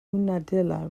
unadilla